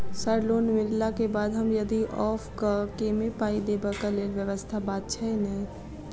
Sir loan मिलला केँ बाद हम यदि ऑफक केँ मे पाई देबाक लैल व्यवस्था बात छैय नै?